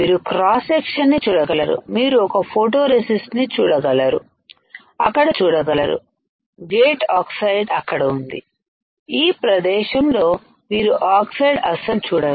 మీరు cross section ని చూడగలరు మీరు ఒక ఫోటో రెసిస్ట్ ని చూడగలరు అక్కడ చూడగలరు గేట్ ఆక్సైడ్ అక్కడ ఉంది ఈ ప్రదేశంలో మీరు ఆక్సైడ్నుఅసలు చూడరు